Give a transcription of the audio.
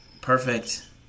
Perfect